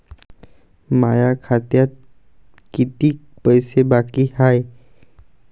माया खात्यात कितीक पैसे बाकी हाय?